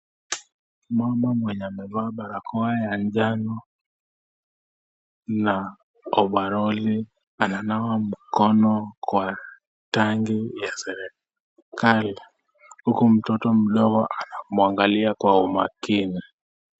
Mama mwenye amevaa barakoa ya njano na ovaroli, ananawa mkono kwa tangi ya serikali huku mtoto mdogo anamwangalia kwa makini.